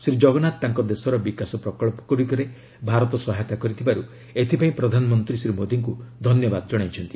ଶ୍ରୀ ଜଗନ୍ନାଥ ତାଙ୍କ ଦେଶର ବିକାଶ ପ୍ରକଳ୍ପଗୁଡ଼ିକରେ ଭାରତ ସହାୟତା କରିଥିବାରୁ ଏଥିପାଇଁ ପ୍ରଧାନମନ୍ତ୍ରୀ ଶ୍ରୀ ମୋଦୀଙ୍କୁ ଧନ୍ୟବାଦ ଜଣାଇଛନ୍ତି